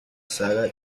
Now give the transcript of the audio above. saga